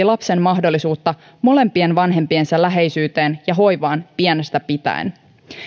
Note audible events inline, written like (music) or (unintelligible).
(unintelligible) lapsen mahdollisuutta molempien vanhempiensa läheisyyteen ja hoivaan pienestä pitäen